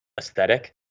aesthetic